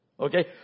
Okay